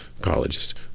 college